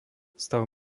stav